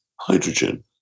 hydrogen